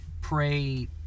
pray